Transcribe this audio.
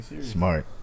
Smart